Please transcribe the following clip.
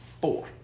Four